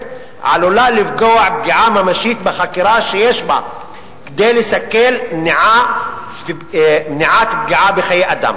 עלולה לפגוע פגיעה ממשית בחקירה שיש בה כדי לסכל מניעת פגיעה בחיי אדם"